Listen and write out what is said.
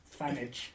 fanage